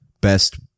best